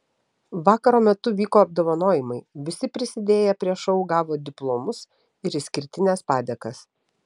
vakaro metu vyko apdovanojimai visi prisidėję prie šou gavo diplomus ir išskirtines padėkas